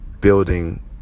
building